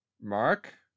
Mark